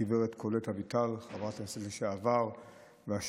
גב' קולט אביטל, חברת הכנסת לשעבר והשגרירה,